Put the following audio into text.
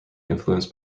influenced